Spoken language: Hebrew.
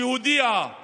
שהודיעה